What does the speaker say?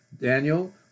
Daniel